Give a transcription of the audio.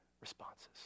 responses